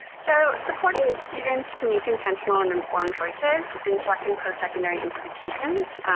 so, supporting students to make intentional and informed choices in selecting postsecondary institutions